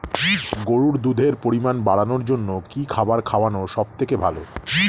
গরুর দুধের পরিমাণ বাড়ানোর জন্য কি খাবার খাওয়ানো সবথেকে ভালো?